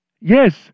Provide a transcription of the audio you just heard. Yes